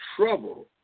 trouble